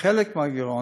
חלק מהגירעון,